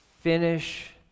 finish